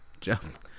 Jeff